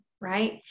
Right